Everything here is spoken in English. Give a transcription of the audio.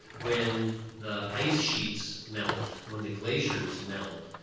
when the ice sheets melt, when the glaciers melt,